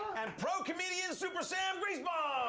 and pro comedian super sam griesbaum!